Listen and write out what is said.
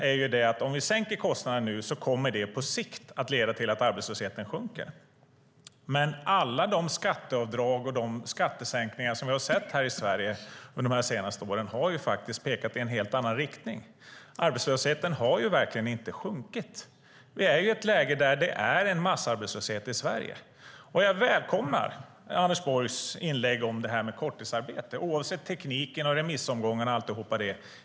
Ni säger att om ni sänker kostnaderna kommer det på sikt att leda till att arbetslösheten sjunker. Men alla de skatteavdrag och skattesänkningar som vi har sett i Sverige de senaste åren har pekat i en helt annan riktning. Arbetslösheten har inte sjunkit. Vi är i ett läge där det är massarbetslöshet i Sverige. Jag välkomnar Anders Borgs inlägg om korttidsarbete, oavsett tekniken, remissomgångarna och allt det.